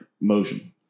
motion